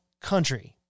Country